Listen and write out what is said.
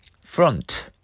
Front